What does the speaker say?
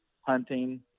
hunting